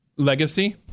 legacy